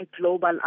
global